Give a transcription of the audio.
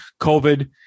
covid